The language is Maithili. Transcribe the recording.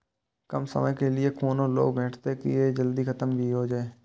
कम समय के लीये कोनो लोन भेटतै की जे जल्दी खत्म भे जे?